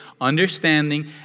understanding